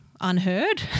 unheard